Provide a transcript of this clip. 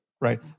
right